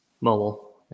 Mobile